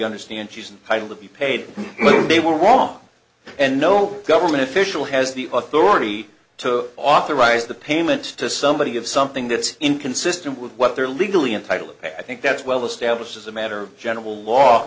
understand she was an item to be paid they were wrong and no government official has the authority to authorize the payment to somebody of something that's inconsistent with what they're legally entitled i think that's well established as a matter of general law